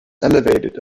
elevated